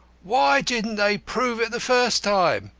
why didn't they prove it the first time?